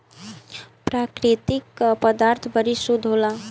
प्रकृति क पदार्थ बड़ी शुद्ध होला